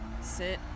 sit